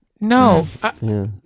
No